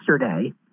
yesterday